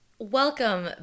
welcome